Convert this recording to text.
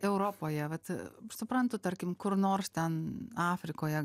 europoje vat suprantu tarkim kur nors ten afrikoje